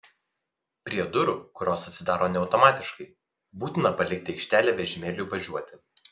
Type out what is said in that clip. prie durų kurios atsidaro ne automatiškai būtina palikti aikštelę vežimėliui važiuoti